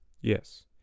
Yes